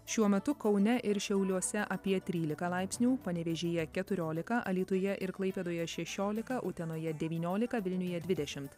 šiuo metu kaune ir šiauliuose apie trylika laipsnių panevėžyje keturiolika alytuje ir klaipėdoje šešiolika utenoje devyniolika vilniuje dvidešimt